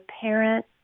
parent